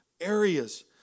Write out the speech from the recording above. areas